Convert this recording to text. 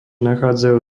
nachádzajú